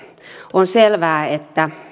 on selvää että